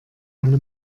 alle